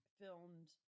filmed